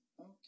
Okay